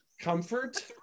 comfort